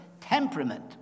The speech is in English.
temperament